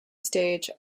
stage